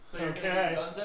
Okay